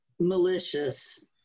malicious